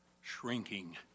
shrinking